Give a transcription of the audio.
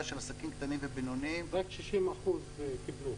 של עסקים קטנים ובינוניים --- רק 60% קיבלו.